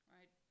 Right